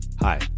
hi